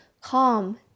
calm